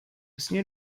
sra